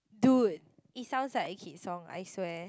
dude it sounds like a hit song I swear